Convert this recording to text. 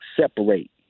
separate